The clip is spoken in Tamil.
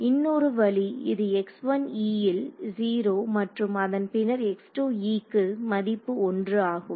இன்னொரு வழி இது x1e ல் 0 மற்றும் அதன் பின்னர் x2e க்கு மதிப்பு 1 ஆகும்